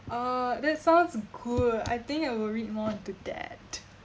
uh that sounds cool I think I will read more into that